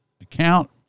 account